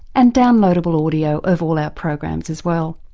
and downloadable audio of all our programs as well.